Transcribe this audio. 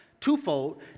twofold